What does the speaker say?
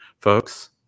folks